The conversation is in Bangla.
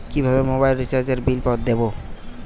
কিভাবে মোবাইল রিচার্যএর বিল দেবো?